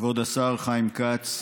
כבוד השר חיים כץ,